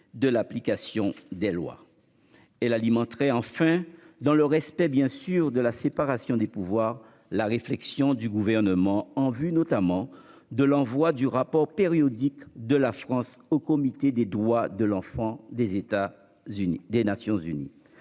Et l'alimenterait enfin dans le respect bien sûr de la séparation des pouvoirs, la réflexion du gouvernement, en vue notamment de l'envoi du rapport périodique de la France au comité des droits de l'enfant des États Unis